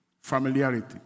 Familiarity